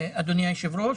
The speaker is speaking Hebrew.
אדוני היושב-ראש,